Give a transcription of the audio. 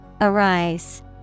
Arise